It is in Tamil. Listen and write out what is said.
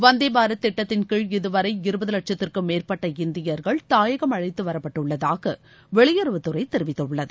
வந்தே பாரத் திட்டத்தின்கீழ் இதுவரை இருபது வட்சத்திற்கும் மேற்பட்ட இந்தியர்கள் தாயகம் அழைத்து வரப்பட்டுள்ளதாக வெளியறவுத்துறை அமைச்சகம் தெரிவித்துள்ளது